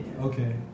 Okay